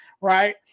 right